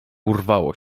urwało